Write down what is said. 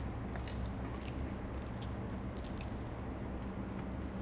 err I speaking about food எனக்கு வந்து கல்யாண சாப்பாடுனா ரொம்ப பிடிக்கும்:enakku vanthu kalyaana saapaadunaa romba pidikum